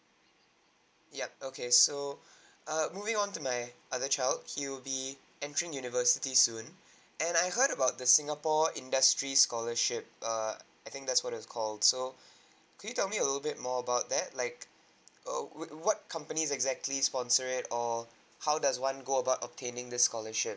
yup okay so err moving on to my other child he'll be entering university soon and I heard about the singapore industry scholarship err I think that's for the call so could you tell me a little bit more about that like err would what companies exactly sponsored or how does one go about obtaining the scholarship